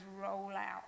rollout